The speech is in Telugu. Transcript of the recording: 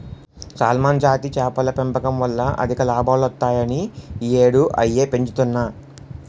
సాల్మన్ జాతి చేపల పెంపకం వల్ల అధిక లాభాలొత్తాయని ఈ యేడూ అయ్యే పెంచుతన్ను